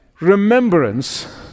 remembrance